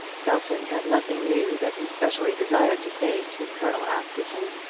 belton had nothing new that he specially desired to say to colonel askerton,